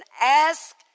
ask